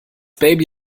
baby